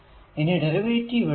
ഇനി ഡെറിവേറ്റീവ് എടുക്കുക